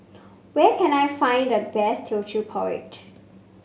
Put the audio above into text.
where can I find the best Teochew Porridge